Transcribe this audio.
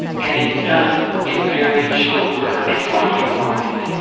and it's done in very short order. it's like a whirlwind.